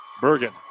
Bergen